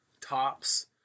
tops